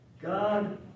God